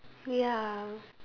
ya